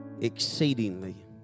exceedingly